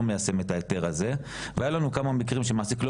מיישם את ההיתר הזה והיו לנו מספר מקרים שהמעסיק לא